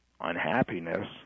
unhappiness